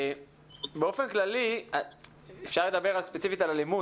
באופן כללי אפשר לדבר ספציפית על אלימות